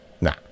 Nah